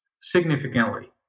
significantly